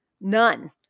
none